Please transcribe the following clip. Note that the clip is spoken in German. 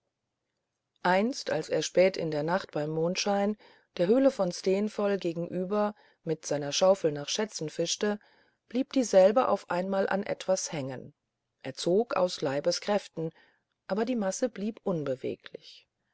einst als er spät in der nacht beim mondschein der höhle von steenfoll gegenüber mit seiner schaufel nach schätzen fischte blieb dieselbe auf einmal an etwas hängen er zog aus leibeskräften aber die masse blieb unbeweglich